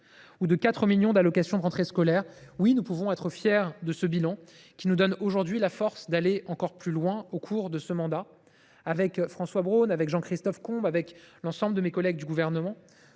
ou de 4 millions d’allocations de rentrée scolaire. Oui, nous pouvons être fiers de ce bilan, qui nous donne aujourd’hui la force d’aller encore plus loin au cours de ce mandat ! Avec François Braun, Jean Christophe Combe et l’ensemble de mes collègues du Gouvernement,